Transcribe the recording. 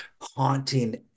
haunting